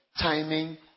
timing